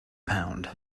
pound